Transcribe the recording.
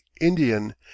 indian